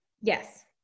Yes